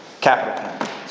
capital